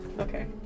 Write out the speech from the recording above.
okay